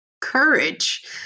courage